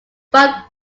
five